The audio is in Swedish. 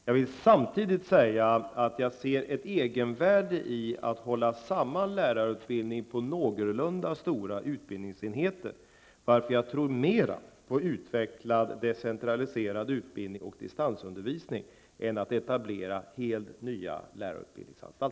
Jag vill samtidigt säga att jag ser ett egenvärde i att hålla samman lärarutbildningen på någorlunda stora utbildningsenheter, varför jag tror mera på utvecklad, decentraliserad utbildning och distansundervisning än etablering av helt nya lärarutbildningsanstalter.